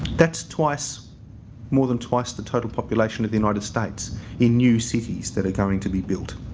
that's twice more than twice the total population of the united states in new cities that are going to be built.